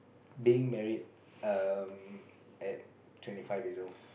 being married um at twenty five years old